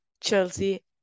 Chelsea